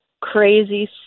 crazy